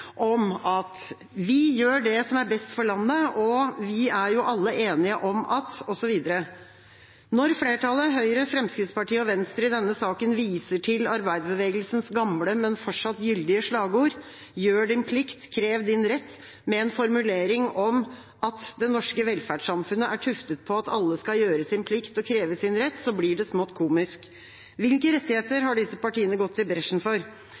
om at», osv. Når flertallet, Høyre, Fremskrittspartiet og Venstre, i denne saken viser til arbeiderbevegelsens gamle, men fortsatt gyldige slagord «Gjør din plikt, krev din rett» med en formulering om at «det norske velferdssamfunnet er tuftet på at alle skal gjøre sin plikt og kreve sin rett», blir det smått komisk. Hvilke rettigheter har disse partiene gått i bresjen for?